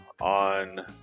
on